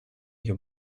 you